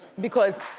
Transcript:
because